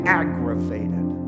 aggravated